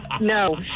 No